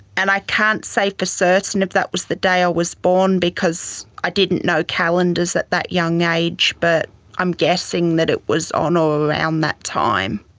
and i can't say for certain if that was the day i was born because i didn't know calendars at that young age but i'm guessing that it was on or around that time.